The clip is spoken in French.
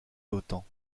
d’autant